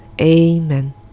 Amen